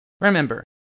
Remember